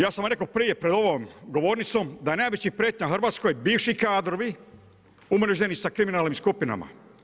Ja sam vam rekao prije pred ovom govornicom da je najveća prijetnja Hrvatskoj bivši kadrovi, umreženi sa kriminalnim skupinama.